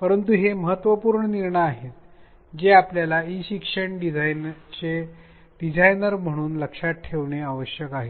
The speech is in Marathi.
परंतु हे महत्त्वपूर्ण निर्णय आहेत जे आपल्याला ई शिक्षणाचे डिझाइनर म्हणून लक्षात ठेवणे आवश्यक आहे